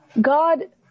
God